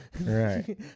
Right